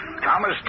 Thomas